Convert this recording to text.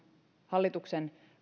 hallituksen